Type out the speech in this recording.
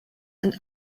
and